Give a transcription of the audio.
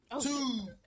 two